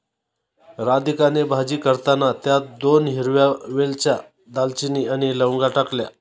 राधिकाने भाजी करताना त्यात दोन हिरव्या वेलच्या, दालचिनी आणि लवंगा टाकल्या